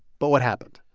but what happened?